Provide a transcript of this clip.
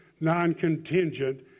non-contingent